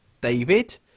David